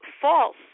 false